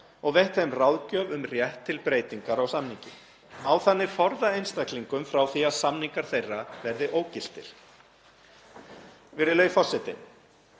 og veitt þeim ráðgjöf um rétt til breytingar á samningi. Má þannig forða einstaklingum frá því að samningar þeirra verði ógiltir. Virðulegi forseti.